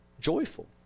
joyful